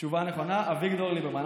תשובה נכונה: אביגדור ליברמן.